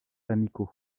amicaux